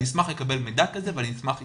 אני אשמח לקבל מידע כזה ואני אשמח להתייחס.